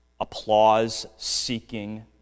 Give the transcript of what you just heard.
applause-seeking